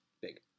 big